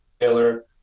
Taylor